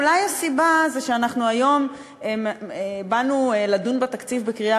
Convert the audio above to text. אולי הסיבה היא שאנחנו היום באנו לדון בתקציב בקריאה